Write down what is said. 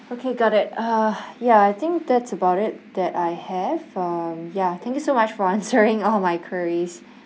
okay got it uh ya I think that's about it that I have um ya thank you so much for answering all my inquiries